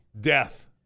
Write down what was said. Death